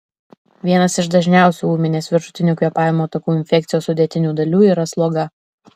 vienas iš dažniausių ūminės viršutinių kvėpavimo takų infekcijos sudėtinių dalių yra sloga